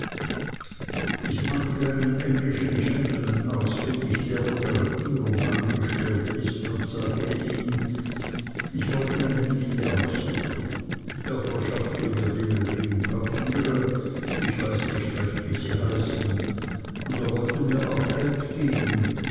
ich machte einen englischen gentleman ausfindig der von der regierung angestellt ist und sagte ihm ich wollte meine nichte aufsuchen er verschaffte mir die nötigen papiere ich weiß nicht recht wie sie heißen und er wollte mir auch geld geben